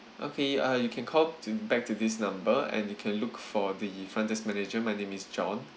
okay uh you can call to back to this number and you can look for the front desk manager my name is john